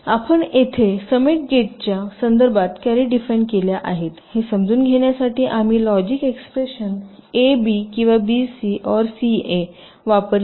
आपण येथे समेट गेट्सच्या संदर्भात कॅरी डिफाइन केल्या आहेत हे समजून घेण्यासाठी आम्ही logic expression AB or BC or CA वापरली नाही